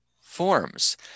forms